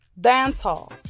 dancehall